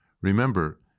Remember